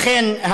אכן,